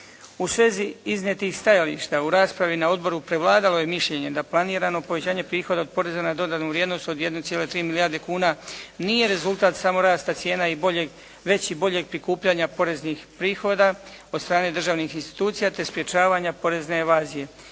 U svezi iznijetih stajališta u raspravi na odboru prevladalo je mišljenje da planirano povećanje prihoda od poreza na dodanu vrijednost od 1,3 milijarde kuna nije rezultat samo rasta cijena i boljeg, već i boljeg prikupljanja poreznih prihoda od strane državnih institucija, te sprječavanja porezne evazije.